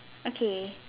okay